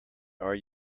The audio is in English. are